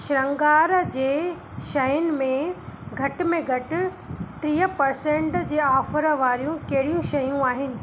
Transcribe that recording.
श्रंगार जे शयुनि में घटि में घटि टीह परसंट जे ऑफर वारियूं कहिड़ियूं शयूं आहिनि